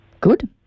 good